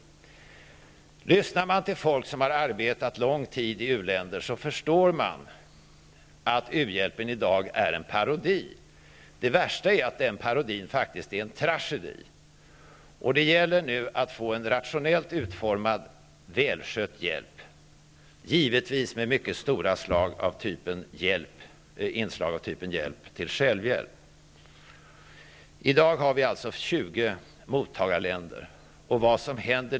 Om man lyssnar till folk som under lång tid har arbetat i u-länder, förstår man att u-hjälpen i dag är en parodi. Det värsta är att denna parodi är en tragedi. Nu gäller det att få till stånd en rationellt utformad, välskött hjälp, givetvis med mycket stora inslag av hjälp till självhjälp. I dag finns det alltså 20 mottagarländer som är aktuella för svenskt bistånd.